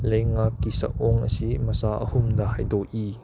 ꯂꯩꯉꯥꯛꯀꯤ ꯁꯛꯑꯣꯡ ꯑꯁꯤ ꯃꯁꯥ ꯑꯍꯨꯝꯗ ꯍꯥꯏꯗꯣꯛꯏ